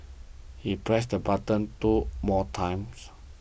he pressed the button two more times